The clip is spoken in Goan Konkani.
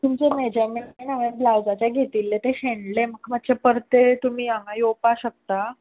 तुमचें मॅजरमँट हांवें ब्लाउजाचे घेतिल्ले ते शेणले मात्शे परते तुमी हांगा येवपाक शकता